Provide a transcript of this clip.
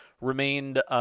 remained –